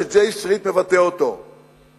ש- J Streetמבטא אותו בארצות-הברית,